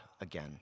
Again